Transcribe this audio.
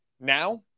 Now